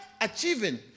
achieving